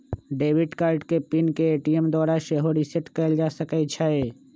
debit card के PIN के ATM द्वारा सेहो रीसेट कएल जा सकै छइ